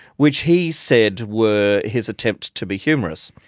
which he said were his attempt to be humorous.